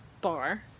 bar